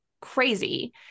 crazy